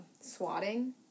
swatting